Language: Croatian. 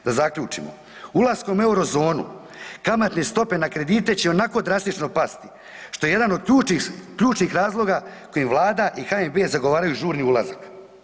Da zaključimo, ulaskom u Eurozonu kamatne stope na kredite će ionako drastično pasti, što je jedan od ključnih razloga kojim Vlada i HNB zagovaraju žurni ulazak.